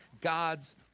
God's